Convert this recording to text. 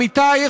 עמיתיי,